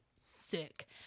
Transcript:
sick